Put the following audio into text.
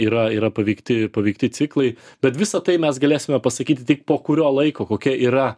yra yra paveikti paveikti ciklai bet visa tai mes galėsime pasakyti tik po kurio laiko kokia yra